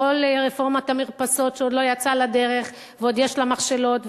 כל רפורמת המרפסות שעוד לא יצאה לדרך ועוד יש לה מכשלות,